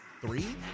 three